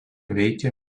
veikia